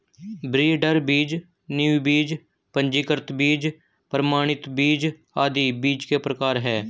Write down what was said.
breeder बीज, नींव बीज, पंजीकृत बीज, प्रमाणित बीज आदि बीज के प्रकार है